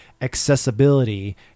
accessibility